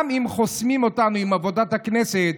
גם אם חוסמים אותנו עם עבודת הכנסת,